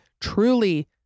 truly